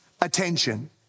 attention